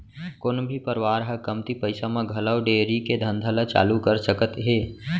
कोनो भी परवार ह कमती पइसा म घलौ डेयरी के धंधा ल चालू कर सकत हे